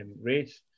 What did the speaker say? race